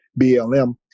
BLM